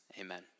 Amen